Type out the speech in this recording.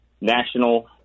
National